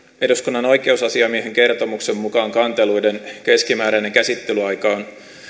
eduskunnan oikeusasiamiehen kertomuksen mukaan kanteluiden keskimääräinen käsittelyaika on